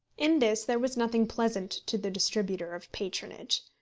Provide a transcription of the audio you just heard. in this there was nothing pleasant to the distributer of patronage.